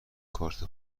کارت